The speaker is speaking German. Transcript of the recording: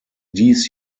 dies